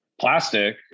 plastic